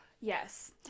Yes